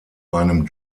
einem